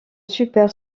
super